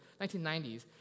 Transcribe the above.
1990s